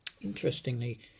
Interestingly